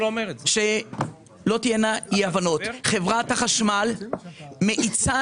שלא תהיינה אי הבנות: חברת החשמל מאיצה